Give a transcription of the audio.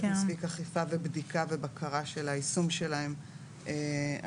מספיק אכיפה ובדיקה ובקרה של היישום שלהם היום,